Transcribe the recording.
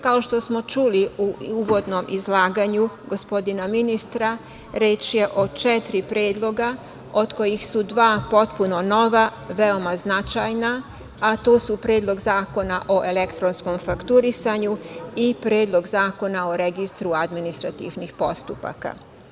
Kao što smo čuli u uvodnom izlaganju gospodina ministra, reč je o četiri predloga, od kojih su dva potpuno nova, veoma značajna, a to su Predlog zakona o elektronskom fakturisanju i Predlog zakona o registru administrativnih postupaka.